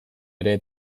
ere